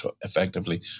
effectively